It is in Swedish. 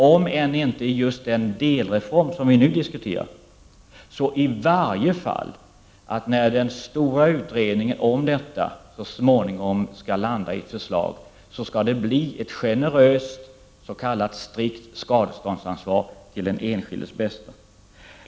Om så inte är fallet när det gäller den delreform som nu är aktuell så vill jag i alla fall att hon svarar på om hon — när den stora utredningen om detta så småningom leder fram till ett förslag — kommer att se till att det blir ett generöst s.k. strikt skadeståndsansvar till den enskildes bästa?